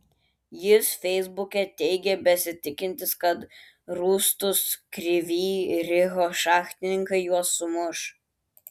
jis feisbuke teigė besitikintis kad rūstūs kryvyj riho šachtininkai juos sumuš